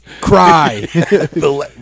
Cry